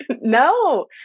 No